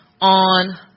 on